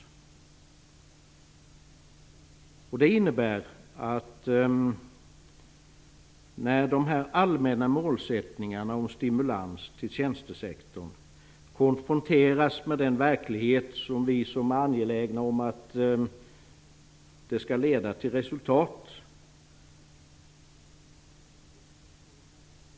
Det innebär att det uppstår betydande svårigheter på två punkter när de allmänna målsättningarna om stimulans av tjänstesektorn konfronteras med den verklighet där vi är angelägna om resultat.